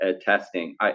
testing